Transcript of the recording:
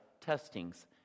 testings